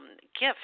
gift